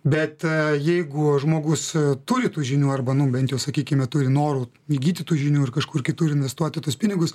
bet jeigu žmogus turi tų žinių arba nu bent jau sakykime turi noro įgyti tų žinių ir kažkur kitur investuoti tuos pinigus